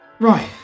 Right